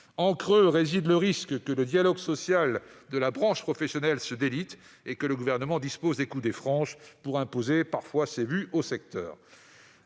En creux se dessine le risque que le dialogue social de la branche professionnelle se délite et que le Gouvernement dispose des coudées franches pour imposer ses vues au secteur.